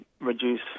reduce